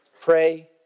Pray